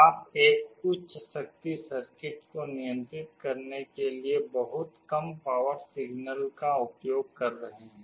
आप एक उच्च शक्ति सर्किट को नियंत्रित करने के लिए बहुत कम पावर सिग्नल का उपयोग कर रहे हैं